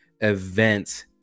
events